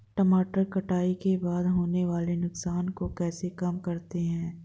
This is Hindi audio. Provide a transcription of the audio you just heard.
टमाटर कटाई के बाद होने वाले नुकसान को कैसे कम करते हैं?